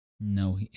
No